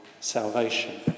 salvation